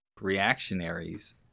reactionaries